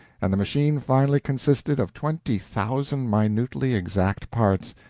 and the machine finally consisted of twenty thousand minutely exact parts,